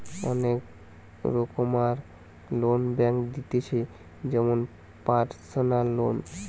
অনেক রোকমকার loan bank দিতেছে যেমন পারসনাল লোন